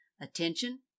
attention